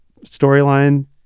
storyline